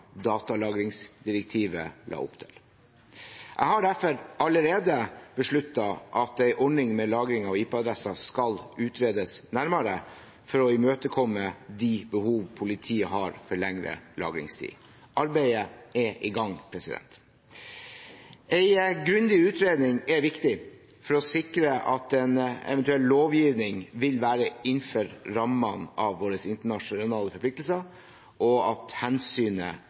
datalagringsdirektivet la opp til. Jeg har derfor allerede besluttet at en ordning med lagring av IP-adresser skal utredes nærmere for å imøtekomme de behov politiet har for lengre lagringstid. Arbeidet er i gang. En grundig utredning er viktig for å sikre at en eventuell lovgivning vil være innenfor rammene av våre internasjonale forpliktelser, og at hensynet